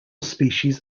species